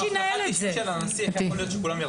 היתה אבטחה של הנשיא, איך יכול להיות שכולם ירדו?